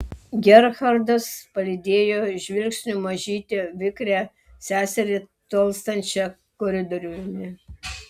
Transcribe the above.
gerhardas palydėjo žvilgsniu mažytę vikrią seserį tolstančią koridoriumi